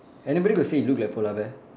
anybody got say you look like polar bear